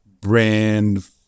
brand